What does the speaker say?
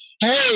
hey